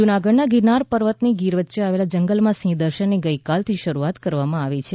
જુનાગઢમાં ગિરનાર પર્વતથી ગીર વચ્ચે આવેલા જંગલમાં સિંહ દર્શનની ગઇકાલથી શરૂઆત કરવામાં આવી છે